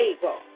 table